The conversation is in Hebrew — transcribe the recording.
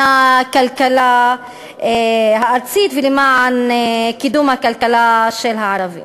הכלכלה הארצית ולמען קידום הכלכלה של הערבים.